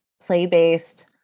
play-based